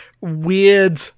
weird